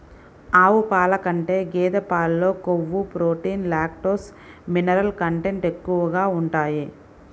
ఆవు పాల కంటే గేదె పాలలో కొవ్వు, ప్రోటీన్, లాక్టోస్, మినరల్ కంటెంట్ ఎక్కువగా ఉంటాయి